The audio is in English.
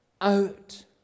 out